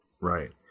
right